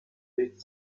read